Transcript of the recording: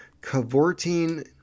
cavorting